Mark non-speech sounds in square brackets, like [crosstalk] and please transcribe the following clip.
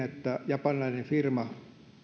[unintelligible] että japanilainen firma